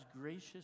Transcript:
gracious